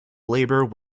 labour